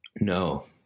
No